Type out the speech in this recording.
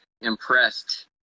impressed